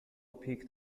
picked